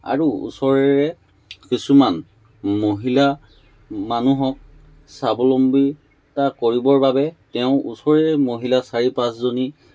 আৰু ওচৰৰে কিছুমান মহিলা মানুহক স্বাৱলম্বিতা কৰিবৰ বাবে তেওঁ ওচৰৰে মহিলা চাৰি পাঁচজনী